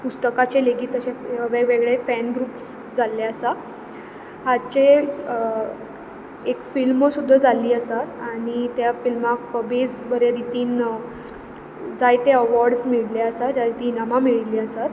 पुस्तकाचे लेगीत अशे वेग वेगळे फॅन ग्रुप्स जाल्ले आसा हाचेर एक फिल्म सुद्दां जाल्ली आसा आनी त्या फिल्माक भेस बरे रितीन जायते अवॉर्ड्स मेळिल्ले आसा जायतीं इनामां मेळिल्लीं आसात